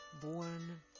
born